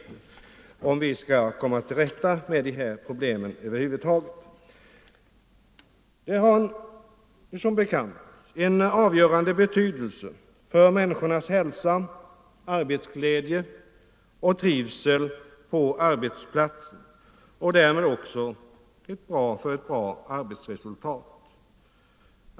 Det är nödvändigt om vi över huvud taget skall komma till rätta med dessa problem. Arbetsmiljön har som bekant avgörande betydelse för människornas hälsa, arbetsglädje och trivsel på arbetsplatsen och därmed också för ett bra arbetsresultat.